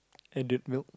added milk